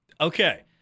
Okay